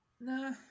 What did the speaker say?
No